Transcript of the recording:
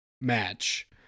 match